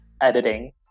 editing